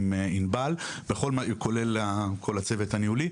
עם ענבל ועם הצוות הניהולי,